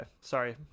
sorry